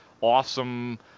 Awesome